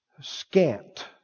scant